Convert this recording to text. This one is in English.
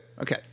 Okay